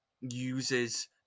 uses